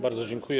Bardzo dziękuję.